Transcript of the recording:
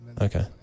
Okay